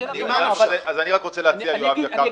אני רוצה להציע דבר מה.